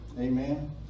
Amen